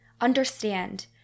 understand